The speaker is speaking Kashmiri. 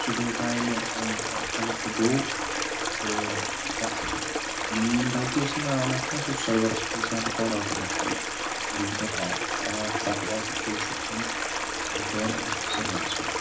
سُہ ڈیٹا ییٚلہِ کَلیکٹ گوٚو تہٕ تَتھ میٲنۍ غلطی ٲس نہٕ سۄ حالانکہِ کینٛہہ سُہ اوس سٔروَرَس گژھان record automatically using an app app ایپہِ تھرٛوٗ چھُ گژھان رِکاڈ اَتھ سٔروَرَس پٮ۪ٹھ